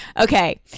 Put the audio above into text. Okay